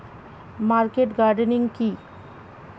Market gardening কি?